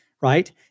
Right